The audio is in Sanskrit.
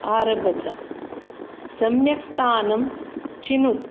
आरभत सम्यक् स्थानं चिनुत